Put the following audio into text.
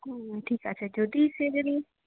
হুম ঠিক আছে যদি সে যদি